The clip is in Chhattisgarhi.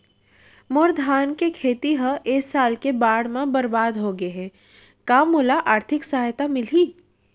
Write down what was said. मोर धान के खेती ह ए साल के बाढ़ म बरबाद हो गे हे का मोला आर्थिक सहायता मिलही?